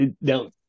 Now